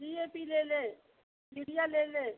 D A P ले लें urea ले लें